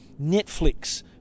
Netflix